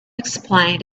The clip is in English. explain